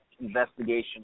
investigation